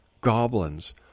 goblins